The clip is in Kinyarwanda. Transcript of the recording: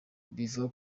biva